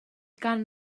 gan